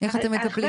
איך אתם מטפלים?